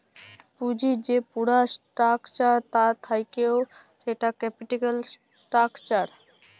পুঁজির যে পুরা স্ট্রাকচার তা থাক্যে সেটা ক্যাপিটাল স্ট্রাকচার